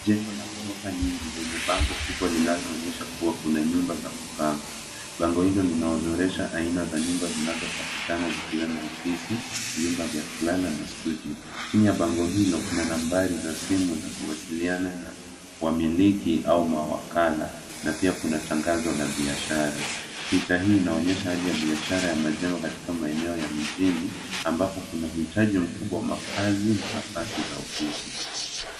Jengo la ghorofa nyingi lenye bango kubwa linaloonyesha kuwa kuna nyumba za kupanga. Bango hilo linaorodhesha aina za nyumba zinazopatikana, vikiwemo ofisi, vyumba vya kulala na studio. Chini ya bango hilo kuna nambari za simu za kuwasiliana na wamiliki au mawakala na pia kuna tangazo la biashara. Picha hii inaonyesha hali ya biashara ya majengo katika maeneo ya mijini amabapo kuna mwitaji mkubwa wa makazi na nafasi za ofisi.